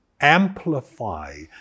amplify